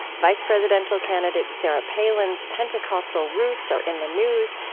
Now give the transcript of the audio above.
vice presidential candidate sarah palin's pentecostal roots are in the news,